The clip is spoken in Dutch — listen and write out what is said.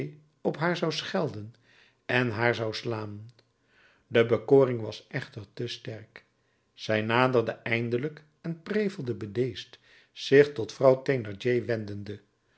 op haar zou schelden en haar zou slaan de bekoring was echter te sterk zij naderde eindelijk en prevelde bedeesd zich tot vrouw